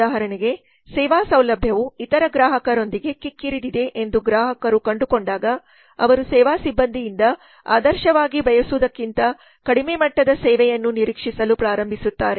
ಉದಾಹರಣೆಗೆ ಸೇವಾ ಸೌಲಭ್ಯವು ಇತರ ಗ್ರಾಹಕರೊಂದಿಗೆ ಕಿಕ್ಕಿರಿದಿದೆ ಎಂದು ಗ್ರಾಹಕರು ಕಂಡುಕೊಂಡಾಗ ಅವರು ಸೇವಾ ಸಿಬ್ಬಂದಿಯಿಂದ ಆದರ್ಶವಾಗಿ ಬಯಸುವದಕ್ಕಿಂತ ಕಡಿಮೆ ಮಟ್ಟದ ಸೇವೆಯನ್ನು ನಿರೀಕ್ಷಿಸಲು ಪ್ರಾರಂಭಿಸುತ್ತಾರೆ